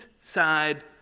side